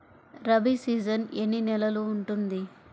Rabi season ఎన్ని నెలలు ఉంటుంది?